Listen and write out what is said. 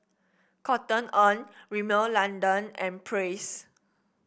Cotton On Rimmel London and Praise